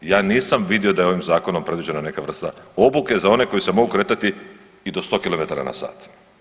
Ja nisam vidio da je ovim zakonom predviđena neka vrsta obuke za one koji se mogu kretati i do sto kilometara na sat.